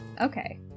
Okay